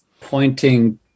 pointing